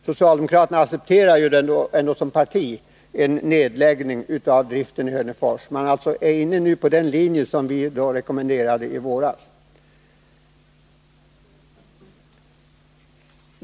Socialdemokraterna accepterar ju som parti en nedläggning av driften i Hörnefors, och de är nu inne på den linje som vi rekommenderade i våras.